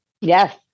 Yes